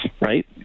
right